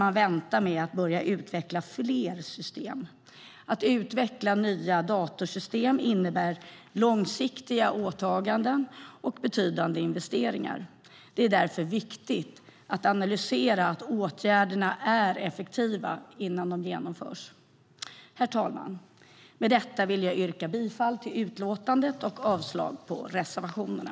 Att utveckla nya datorsystem innebär långsiktiga åtaganden och betydande investeringar. Det är därför viktigt att analysera att åtgärderna är effektiva innan de genomförs. Herr talman! Med detta vill jag yrka bifall till förslaget i utlåtandet och avslag på reservationerna.